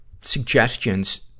suggestions